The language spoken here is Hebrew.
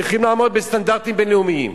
צריכים לעמוד בסטנדרטים בין-לאומיים,